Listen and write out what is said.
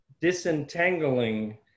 disentangling